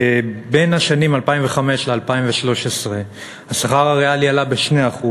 שבין 2005 ל-2013 השכר הריאלי עלה ב-2%,